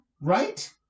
right